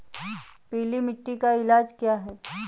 पीली मिट्टी का इलाज क्या है?